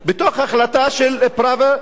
בתוך החלטה של פראוור,